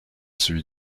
celui